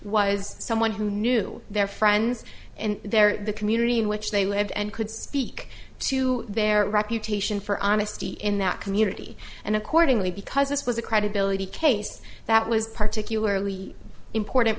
was someone who knew their friends and their the community in which they lived and could speak to their reputation for honesty in that community and accordingly because this was a credibility case that was particularly important